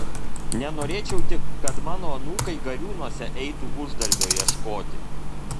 nenorėčiau tik kad mano anūkai gariūnuose eitų uždarbio ieškoti